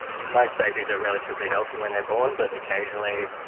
most babies are relatively healthy when they are born but occasionally,